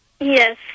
Yes